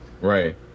right